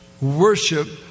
worship